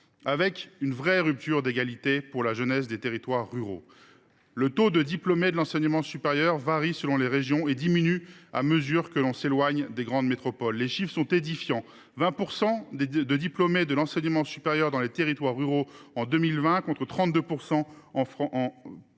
une véritable rupture d’égalité pour la jeunesse des territoires ruraux. Le taux de diplômés de l’enseignement supérieur varie selon les régions et diminue à mesure que l’on s’éloigne des grandes métropoles. Les chiffres sont édifiants : il y avait 20 % de diplômés de l’enseignement supérieur dans les territoires ruraux en 2020, contre près de 32 % en France